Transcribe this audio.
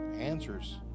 Answers